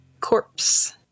corpse